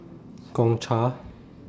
Gongcha